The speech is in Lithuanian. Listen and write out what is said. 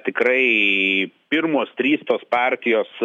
tikrai pirmos trys tos partijos